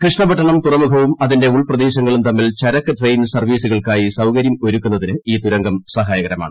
കൃഷ്ണപട്ടണം തുറമുഖവും അതിന്റെ ഉൾപ്രദേശങ്ങളും തമ്മിൽ ചരക്ക് ട്രെയിൻ സർവ്വീസുകൾക്കായി സൌകര്യമൊരുക്കുന്നതിന് ഈ തുരങ്കം സഹായകമാണ്